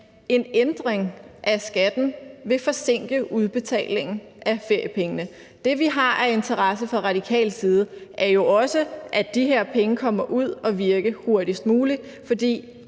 en ændring af skatten vil forsinke udbetalingen af feriepengene. Det, vi har af interesse fra radikal side, er jo også, at de her penge kommer ud at virke hurtigst muligt, for